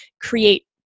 create